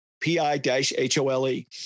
P-I-H-O-L-E